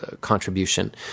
contribution